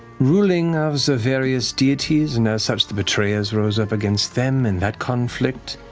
ruling of the various deities, and as such, the betrayers rose up against them in that conflict.